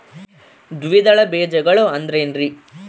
ದ್ವಿದಳ ಬೇಜಗಳು ಅಂದರೇನ್ರಿ?